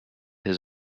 his